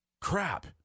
Crap